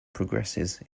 progresses